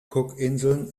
cookinseln